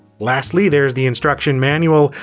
lastly there's the instruction manual,